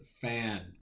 fan